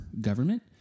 government